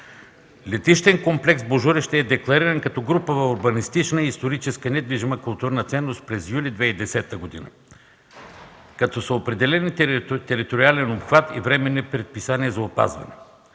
„Летищен комплекс Божурище” е деклариран като „групова урбанистична и историческа недвижима културна ценност” през юли 2010 г., като са определени териториален обхват и временни предписания за опазване.